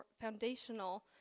foundational